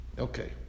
Okay